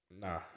nah